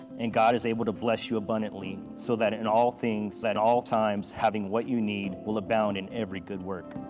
and god is able to bless you abundantly, so that in all things, at all times, having what you need will abound in every good work.